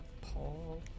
Paul